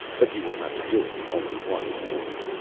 but you will have to do it with only one hand.